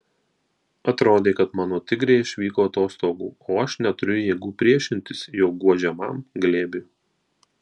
atrodė kad mano tigrė išvyko atostogų o aš neturiu jėgų priešintis jo guodžiamam glėbiui